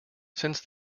since